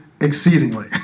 exceedingly